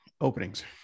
Openings